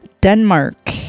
Denmark